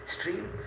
stream